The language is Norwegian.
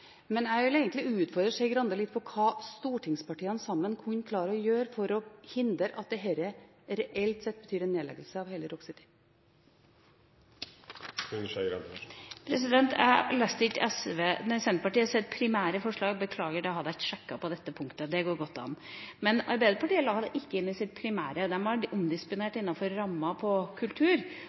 Men jeg vil egentlig utfordre Skei Grande litt på hva stortingspartiene sammen kunne klare å gjøre for å hindre at dette reelt sett betyr en nedleggelse av hele Rock City. Jeg leste ikke Senterpartiets primære forslag, beklager, det hadde jeg ikke sjekket på dette punktet, det går godt an. Men Arbeiderpartiet la det ikke inn i sitt primære, de har omdisponert innenfor ramma på kultur